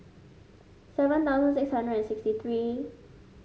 seven thousand six hundred and sixty three